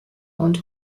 und